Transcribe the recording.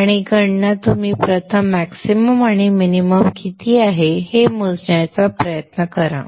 आणि गणना तुम्ही प्रथम मॅक्सिमम आणि मिनिमम किती आहे हे मोजण्याचा प्रयत्न करा